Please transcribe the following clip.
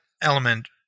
element